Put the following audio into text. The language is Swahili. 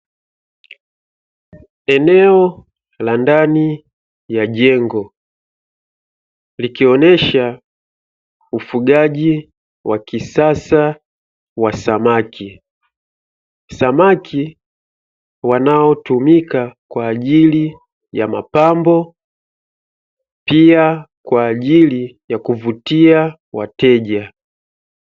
Eneo la ndani ya jengo likionesha ufugaji wa kisasa wa samaki, samaki wanaotumika kwa ajili ya mapambo, pia kwa ajili ya kuvutia wateja.